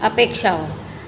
અપેક્ષાઓ